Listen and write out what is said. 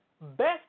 Best